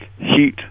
heat